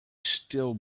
still